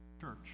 church